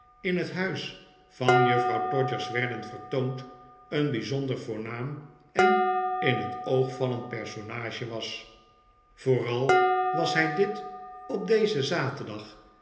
in het huis van juffrouw todgers werden vertoond een bijzonder voornaam en in het oog vallend personage was vooral was hij dit op dezen zaterdag